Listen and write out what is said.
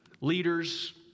leaders